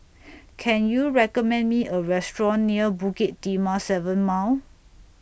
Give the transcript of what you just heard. Can YOU recommend Me A Restaurant near Bukit Timah seven Mile